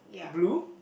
blue